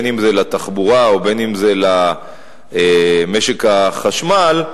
אם לתחבורה ואם למשק החשמל,